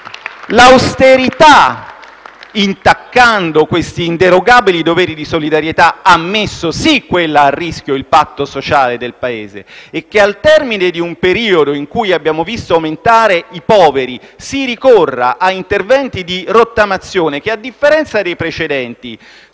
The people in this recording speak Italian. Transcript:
L'austerità, intaccando questi inderogabili doveri di solidarietà, ha messo, quella sì, a rischio il patto sociale del Paese. E che al termine di un periodo in cui abbiamo visto aumentare i poveri si ricorra a interventi di rottamazione che, a differenza dei precedenti,